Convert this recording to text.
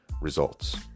results